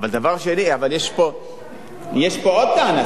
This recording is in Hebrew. אבל יש פה עוד טענה,